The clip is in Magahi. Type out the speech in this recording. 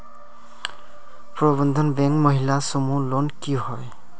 प्रबंधन बैंक महिला समूह लोन की होय?